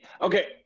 Okay